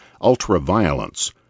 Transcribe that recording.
ultra-violence